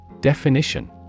Definition